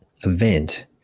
event